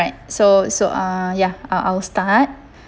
so so uh ya I'll I'll start